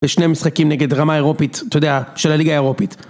בשני משחקים נגד רמה אירופית, אתה יודע, של הליגה האירופית.